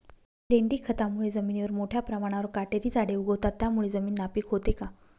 लेंडी खतामुळे जमिनीवर मोठ्या प्रमाणावर काटेरी झाडे उगवतात, त्यामुळे जमीन नापीक होते का?